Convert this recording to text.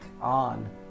on